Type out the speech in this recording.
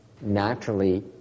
Naturally